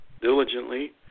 diligently